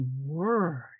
word